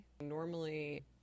Normally